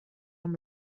amb